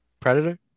Predator